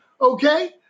Okay